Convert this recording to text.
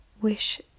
wish